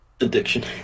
Addiction